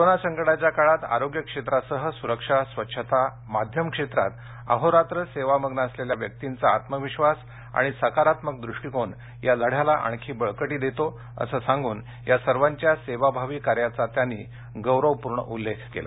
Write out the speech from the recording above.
corona संकटाच्या काळात आरोग्य क्षेत्रासह सुरक्षा स्वच्छता माध्यम क्षेत्रात अहोरात्र सेवामग्न असलेल्या व्यक्तींचा आत्मविश्वास आणि सकारात्मक दृष्टिकोन या लढ्याला आणखी बळकटी देतो असं सांगून या सर्वांच्या सेवाभावी कार्याचा त्यांनी गौरवपूर्ण उल्लेख केला